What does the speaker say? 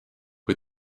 kui